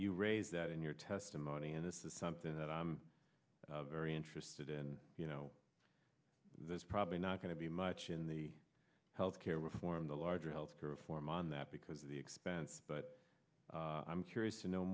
you raised that in your testimony and this is something that i'm very interested in you know there's probably not going to be much in the health care reform the larger health care reform on that because of the expense but i'm curious to know